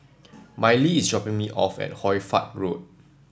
Mylee is dropping me off at Hoy Fatt Road